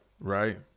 right